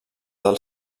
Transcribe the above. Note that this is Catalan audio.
del